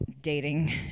dating